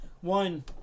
One